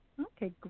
Okay